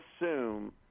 assume